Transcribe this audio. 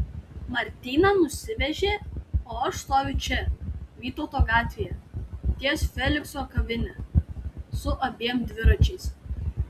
martyną nusivežė o aš stoviu čia vytauto gatvėje ties felikso kavine su abiem dviračiais